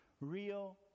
real